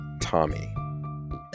Tommy